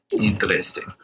Interesting